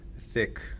thick